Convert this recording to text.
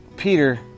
Peter